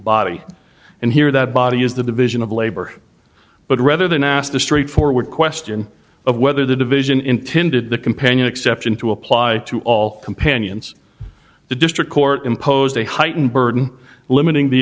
body and here that body is the division of labor but rather than ask the straightforward question of whether the division intended the companion exception to apply to all companions the district court imposed a heightened burden limiting the